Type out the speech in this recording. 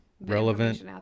relevant